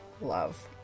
love